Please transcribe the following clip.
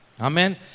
Amen